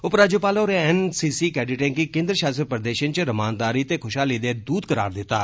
उपराज्यपाल होरें एनसीसी कैंडेटें गी केन्द्र षासित प्रदेषें च रमानदारी ते खुषहाली दे दूत करार दित्ता